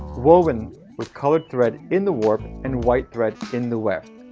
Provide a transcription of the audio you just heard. woven with colored thread in the warp and white thread in the weft,